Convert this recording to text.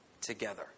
together